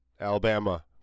Alabama